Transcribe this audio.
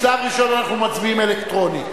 בשלב הראשון אנחנו מצביעים אלקטרונית.